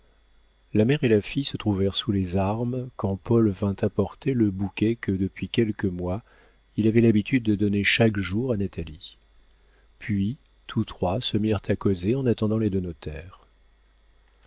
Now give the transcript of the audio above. la mère et la fille se trouvèrent sous les armes quand paul vint apporter le bouquet que depuis quelques mois il avait l'habitude de donner chaque jour à natalie puis tous trois se mirent à causer en attendant les deux notaires